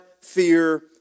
fear